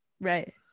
Right